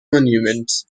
monument